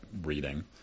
reading